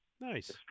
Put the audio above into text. Nice